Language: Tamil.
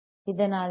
இதனால் எல்